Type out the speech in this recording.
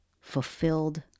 fulfilled